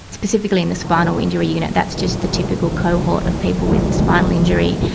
specifically in the spinal injury unit, that's just the typical cohort of people with spinal injury.